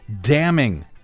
damning